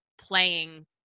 playing